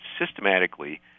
systematically